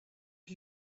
are